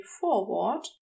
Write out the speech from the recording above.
forward